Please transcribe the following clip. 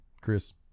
Chris